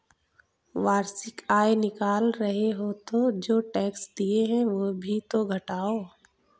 वार्षिक आय निकाल रहे हो तो जो टैक्स दिए हैं वो भी तो घटाओ